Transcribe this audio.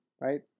right